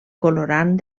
colorant